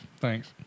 Thanks